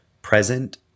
present